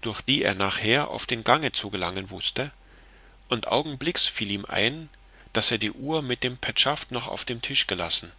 durch die er nachher auf den gang zu gelangen wußte und augenblicks fiel ihm ein daß er die uhr mit dem petschaft noch auf dem tisch gelassen